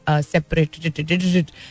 separated